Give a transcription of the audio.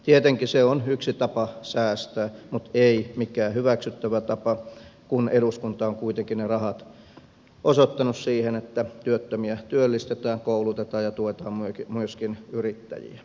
tietenkin se on yksi tapa säästää mutta ei mikään hyväksyttävä tapa kun eduskunta on kuitenkin ne rahat osoittanut siihen että työttömiä työllistetään koulutetaan ja myöskin yrittäjiä työnantajia tuetaan